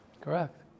Correct